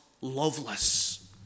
loveless